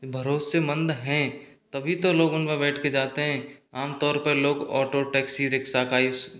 भरोसेमंद हैं तभी तो लोग उनमें बैठ कर जाते हैं आमतौर पर लोग ऑटो टैक्सी रिक्शा का ही